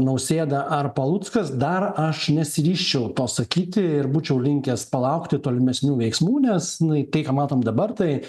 nausėda ar paluckas dar aš nesiryžčiau to sakyti ir būčiau linkęs palaukti tolimesnių veiksmų nes nu į tai ką matom dabar tai